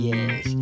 Yes